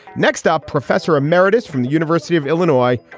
next up, professor emeritus from the university of illinois,